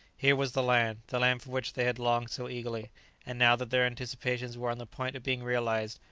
here was the land, the land for which they had longed so eagerly and now that their anticipations were on the point of being realized,